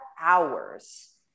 hours